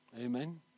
Amen